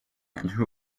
who